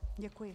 Děkuji.